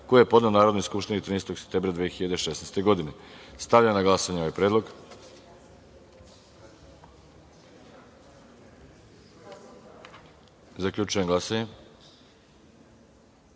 koji je podneo Narodnoj skupštini 13. septembra 2016. godine. Stavljam na glasanje ovaj predlog. Zaključujem glasanje